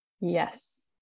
Yes